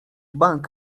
bank